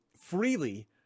freely